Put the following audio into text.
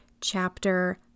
chapter